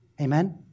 Amen